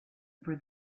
for